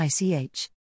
ICH